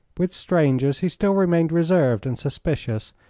with strangers he still remained reserved and suspicious,